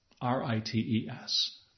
R-I-T-E-S